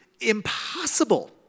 impossible